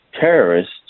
terrorists